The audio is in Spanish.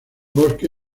bosque